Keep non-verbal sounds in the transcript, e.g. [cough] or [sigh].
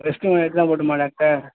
rest [unintelligible] போட்டுமா doctor